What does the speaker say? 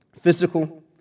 physical